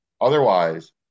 otherwise